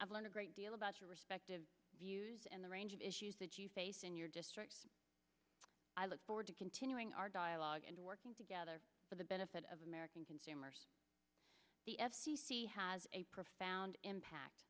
learned a great deal about your respective views and the range of issues that you face in your district i look forward to continuing our dialogue and working together for the benefit of american consumers the f c c has a profound impact